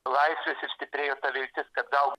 laisvės ir stiprėjo ta viltis kad gal